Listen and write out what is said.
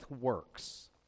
works